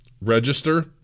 register